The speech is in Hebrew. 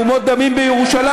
מהומות דמים בירושלים.